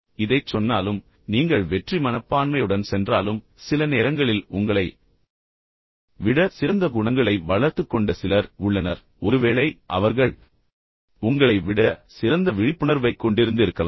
இப்போது இதைச் சொன்னாலும் நீங்கள் வெற்றி மனப்பான்மையுடன் சென்றாலும் சில நேரங்களில் உங்களை விட சிறந்த குணங்களை வளர்த்துக் கொண்ட சிலர் உள்ளனர் ஒருவேளை அவர்கள் உங்களை விட சிறந்த விழிப்புணர்வைக் கொண்டிருந்திருக்கலாம்